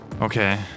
Okay